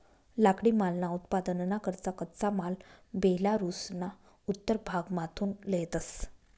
लाकडीमालना उत्पादनना करता कच्चा माल बेलारुसना उत्तर भागमाथून लयतंस